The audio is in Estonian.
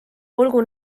olgu